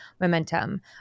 momentum